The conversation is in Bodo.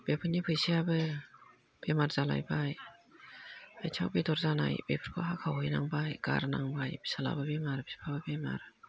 बेफोरनि फैसायाबो बेमार जालायबाय आइथिंआव बेदर जानाय बेफोरखौ हाखावहैनांबाय गारनांबाय फिसाज्लाबो बेमार बिफाबो बेमार